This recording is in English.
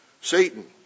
Satan